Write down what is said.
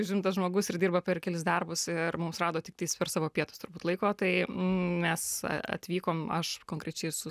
užimtas žmogus ir dirba per kelis darbus ir mums rado tiktais per savo pietus turbūt laiko tai mes atvykom aš konkrečiai su